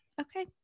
okay